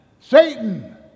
Satan